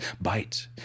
bite